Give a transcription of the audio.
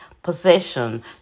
Possession